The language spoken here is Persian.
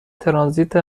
ترانزیت